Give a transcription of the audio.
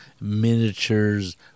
miniatures